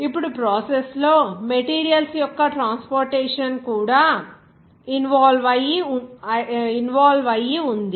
ఇప్పుడు ప్రాసెస్ లో మెటీరియల్స్ యొక్క ట్రాన్స్పోర్టేషన్ కూడా ఇన్వాల్వ్ అయ్యి ఉంది